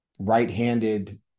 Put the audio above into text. right-handed